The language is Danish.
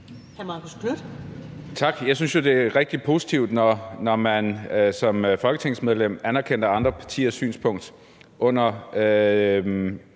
Tak. Jeg synes jo, at det er rigtig positivt, når man som folketingsmedlem anerkender andre partiers synspunkt. Jeg